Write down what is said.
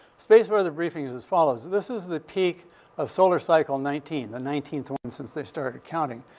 space weather briefing is as follows. this is the peak of solar cycle nineteen, the nineteenth one since they started counting.